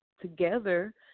together